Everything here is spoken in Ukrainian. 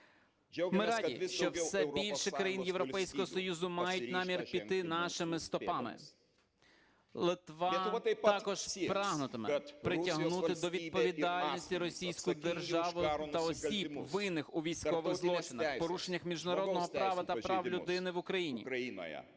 Ми раді, що все більше країн Європейського Союзу мають намір піти нашими стопами. Литва також прагнутиме притягнути до відповідальності російську державу та осіб винних у військових злочинах, порушеннях міжнародного права та прав людини в Україні.